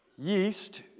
Yeast